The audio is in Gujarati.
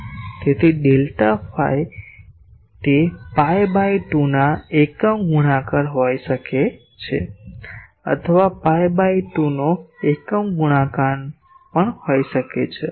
તેથી ડેલ્ટા ફાઈ તે પાઈ ભાગ્યા 2 ના એકમ ગુણાકાર હોઈ શકે છે અથવા પાઈ ભાગ્યા 2 નો એકમ ગુણાકાર ના પણ હોઈ શકે છે